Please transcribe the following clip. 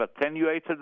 attenuated